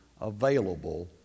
available